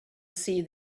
see